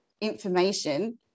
information